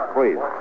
Please